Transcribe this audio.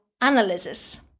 analysis